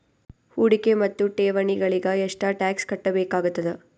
ಹೂಡಿಕೆ ಮತ್ತು ಠೇವಣಿಗಳಿಗ ಎಷ್ಟ ಟಾಕ್ಸ್ ಕಟ್ಟಬೇಕಾಗತದ?